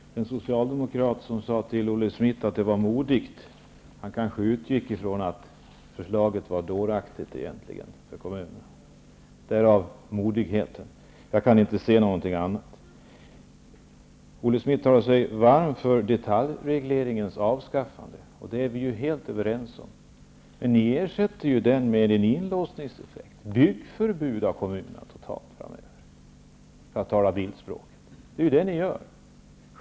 Herr talman! Den socialdemokrat som sade till Olle Schmidt att det var modigt kanske utgick från att förslaget egentligen var dåraktigt för kommunerna -- därav modet. Jag kan inte se att det kan vara på något annat sätt. Olle Schmidt talar sig varm för detaljregleringens avskaffande, och om det är vi ju helt överens. Men ni ersätter ju detaljregleringen med en inlåsningseffekt, ett totalt byggförbud för kommunerna framöver. Det är ju det ni gör.